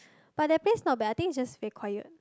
but that place not bad I think is just very quiet